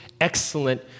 excellent